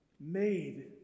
made